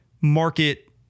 market